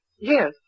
Yes